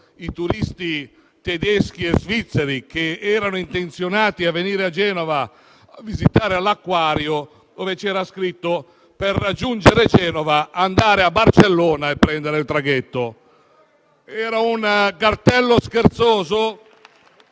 ai turisti tedeschi e svizzeri che erano intenzionati a venire a Genova per visitare l'acquario, dove c'era scritto «per raggiungere Genova andare a Barcellona e prendere il traghetto». Era un cartello scherzoso,